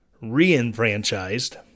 re-enfranchised